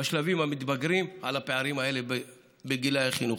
בשלבים המתבגרים על הפערים האלה בגילי החינוך.